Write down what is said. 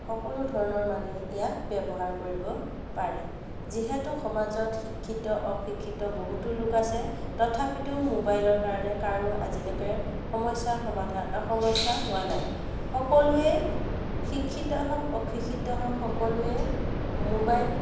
সকলো ধৰণৰ মানুহে ইয়াক ব্যৱহাৰ কৰিব পাৰে যিহেতু সমাজত শিক্ষিত অশিক্ষিত বহুতো লোক আছে তথাপিতো মোবাইলৰ কাৰণে কাৰো আজিলৈকে সমস্যা সমাধা সমস্যা হোৱা নাই সকলোৱে শিক্ষিত হওঁক অশিক্ষিত হওঁক সকলোৱে মোবাইল